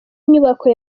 inyubako